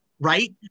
Right